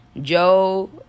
Joe